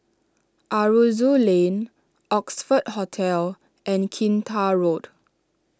Aroozoo Lane Oxford Hotel and Kinta Road